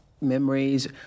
memories